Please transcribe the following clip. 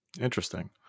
Interesting